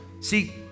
See